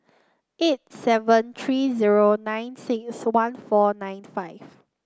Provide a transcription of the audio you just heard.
eight seven three zero nine six one four nine five